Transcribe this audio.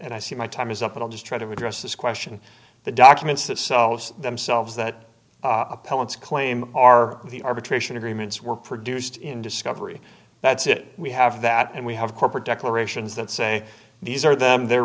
and i see my time is up but i'll just try to address this question the documents themselves themselves that appellant's claim are the arbitration agreements were produced in discovery that's it we have that d and we have corporate declarations that say these are them they're